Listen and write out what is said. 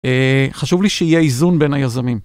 חשוב לי שיהיה איזון בין היזמים.